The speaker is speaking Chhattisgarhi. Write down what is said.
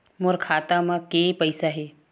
मोर खाता म के पईसा हे?